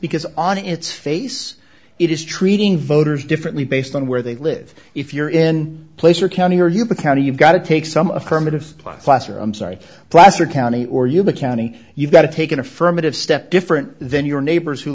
because on its face it is treating voters differently based on where they live if you're in placer county or you the county you've got to take some affirmative class class or i'm sorry placer county or yuma county you've got to take an affirmative step different then your neighbors who